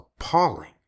appalling